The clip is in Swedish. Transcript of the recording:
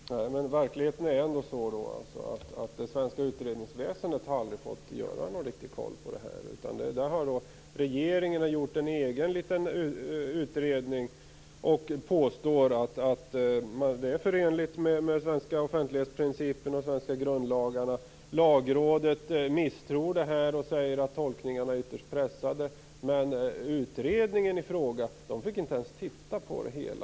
Fru talman! Men verkligheten är ändå att det svenska utredningsväsendet aldrig har fått göra någon riktig koll av det här. I stället har regeringen gjort en egen liten utredning och påstår att det är förenligt med den svenska offentlighetsprincipen och de svenska grundlagarna. Lagrådet misstror det här och säger att tolkningarna är ytterst pressade. Men utredningen i fråga fick inte ens titta på det hela.